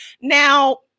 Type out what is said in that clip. Now